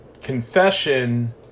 confession